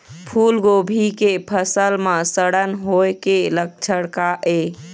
फूलगोभी के फसल म सड़न होय के लक्षण का ये?